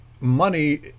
money